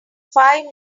five